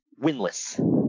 Winless